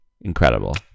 Incredible